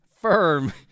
firm